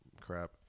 crap